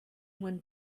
one